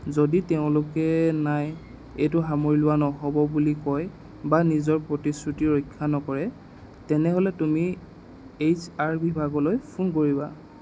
যদি তেওঁলোকে নাই এইটো সামৰি লোৱা নহ'ব বুলি কয় বা নিজৰ প্ৰতিশ্ৰুতি ৰক্ষা নকৰে তেনেহ'লে তুমি এইচ আৰ বিভাগলৈ ফোন কৰিবা